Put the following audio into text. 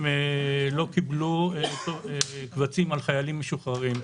הם לא קיבלו קבצים על חיילים משוחררים.